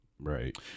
Right